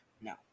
no